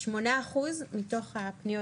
מתוך הפניות